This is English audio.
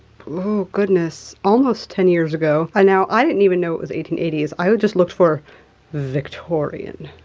oh goodness, almost ten years ago. i now i didn't even know it was eighteen eighty s. i would just look for victorian.